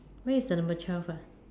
where is your number twelve ah